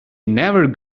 never